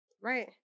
Right